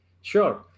Sure